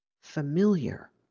familiar